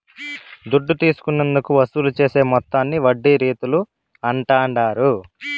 దుడ్డు తీసుకున్నందుకు వసూలు చేసే మొత్తాన్ని వడ్డీ రీతుల అంటాండారు